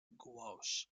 gouache